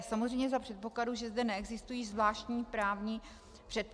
Samozřejmě za předpokladu, že zde neexistují zvláštní právní předpisy.